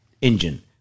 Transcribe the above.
engine